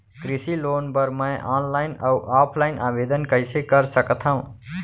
कृषि लोन बर मैं ऑनलाइन अऊ ऑफलाइन आवेदन कइसे कर सकथव?